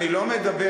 אני לא מדבר,